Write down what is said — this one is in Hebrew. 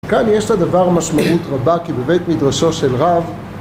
כאן יש לדבר משמעות רבה כי בבית מדרשו של רב...